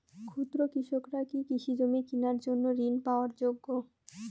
ক্ষুদ্র কৃষকরা কি কৃষিজমি কিনার জন্য ঋণ পাওয়ার যোগ্য?